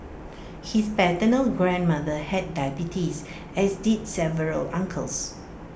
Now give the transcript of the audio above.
his paternal grandmother had diabetes as did several uncles